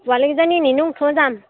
ছোৱালীকেইজনী নিনিও থৈ যাম